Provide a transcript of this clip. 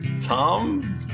Tom